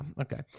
Okay